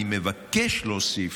אני מבקש להוסיף,